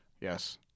yes